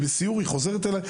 היא בסיור ואז חוזרת אליי.